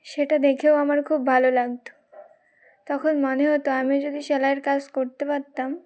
সেটা দেখেও আমার খুব ভালো লাগত তখন মনে হতো আমি যদি সেলাইয়ের কাজ করতে পারতাম